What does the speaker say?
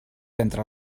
entre